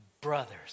brothers